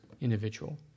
individual